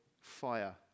fire